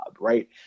right